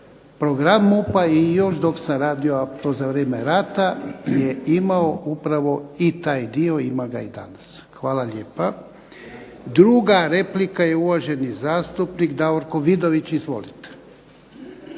program MUP-a i još dok sam to radio za vrijeme rata je imao upravo i taj dio, ima ga i danas. Hvala lijepa. Druga replika je uvaženi zastupnik Davorko Vidović. Izvolite.